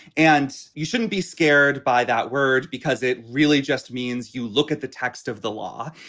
and you shouldn't be scared by that word because it really just means you look at the text of the law.